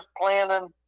planning